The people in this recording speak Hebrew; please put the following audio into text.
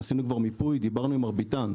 עשינו מיפוי ודיברנו עם מרביתן,